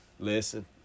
Listen